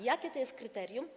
Jakie to jest kryterium?